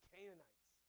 Canaanites